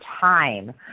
time